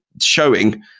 showing